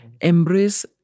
embrace